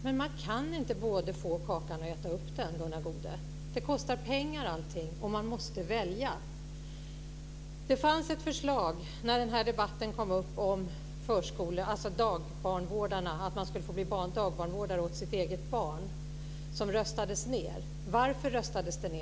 Men man kan inte både ha kakan och äta upp den, Gunnar Goude. Allting kostar pengar, och man måste välja. När den här debatten kom upp fanns det ett förslag om att man skulle få bli dagbarnvårdare åt sitt eget barn som röstades ned. Varför röstades det ned?